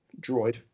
droid